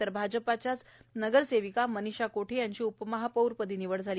तर भाजपच्याच नगरसेविका मनिषा कोठे यांची उपमहापौरपदी निवड झाली